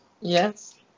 yes